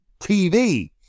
TV